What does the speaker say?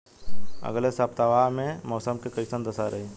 अलगे सपतआह में मौसम के कइसन दशा रही?